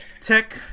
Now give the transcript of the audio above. tech